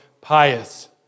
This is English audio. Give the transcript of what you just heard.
pious